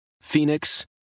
Phoenix